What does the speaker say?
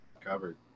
covered